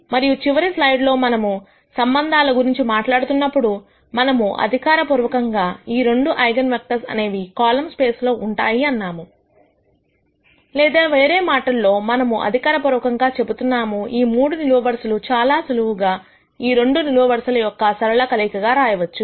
మరియు చివరి స్లైడ్లో మనము సంబంధాల గురించి మాట్లాడుతున్నప్పుడు మనము అధికారపూర్వకంగా ఈ రెండు ఐగన్ వెక్టర్స్ అనేవి కాలమ్ స్పేస్ లో ఉంటాయి అన్నాము లేదా వేరే మాటల్లో మనము అధికారపూర్వకంగా చెబుతున్నాము ఈ మూడు నిలువు వరుసలు చాలా సులువుగా ఈ రెండు నిలువు వరుసల యొక్క సరళ కలయికగా రాయవచ్చు